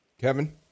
Kevin